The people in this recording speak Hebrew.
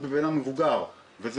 אבל היא,